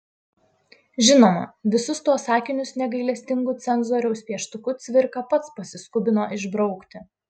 žinoma visus tuos sakinius negailestingu cenzoriaus pieštuku cvirka pats pasiskubino išbraukti